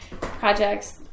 projects